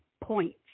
points